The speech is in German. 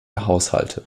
haushalte